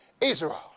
israel